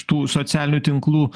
tų socialinių tinklų